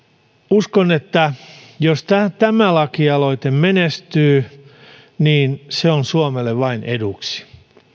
uskon että jos tämä tämä lakialoite menestyy niin se on suomelle vain eduksi